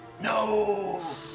No